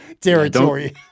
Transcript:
territory